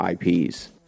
IPs